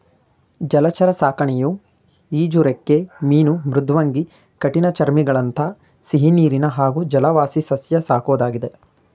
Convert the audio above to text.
ಜಲಚರ ಸಾಕಣೆಯು ಈಜುರೆಕ್ಕೆ ಮೀನು ಮೃದ್ವಂಗಿ ಕಠಿಣಚರ್ಮಿಗಳಂಥ ಸಿಹಿನೀರಿನ ಹಾಗೂ ಜಲವಾಸಿಸಸ್ಯ ಸಾಕೋದಾಗಿದೆ